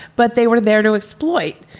but they were there to exploit.